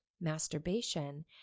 masturbation